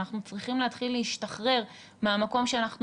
אנחנו צריכים להתחיל להשתחרר מהמקום שאנחנו